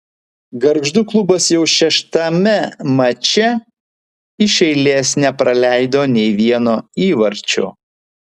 gargždų klubas jau šeštame mače iš eilės nepraleido nei vieno įvarčio